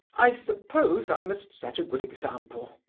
i suppose i must set a good example!